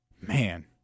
Man